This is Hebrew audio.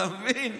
אתה מבין?